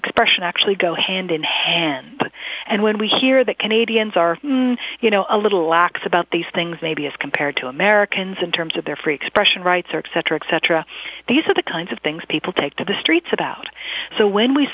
expression actually go hand in hand and when we hear that canadians are you know a little lax about these things maybe as compared to americans in terms of their free expression rights or eccentrics cetera these are the kinds of things people take to the streets about so when we